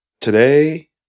Today